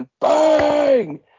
bang